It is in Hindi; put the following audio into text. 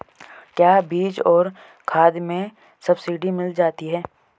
क्या बीज और खाद में सब्सिडी मिल जाती है?